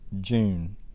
June